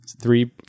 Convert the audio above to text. Three